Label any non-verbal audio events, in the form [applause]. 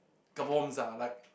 [noise] ah like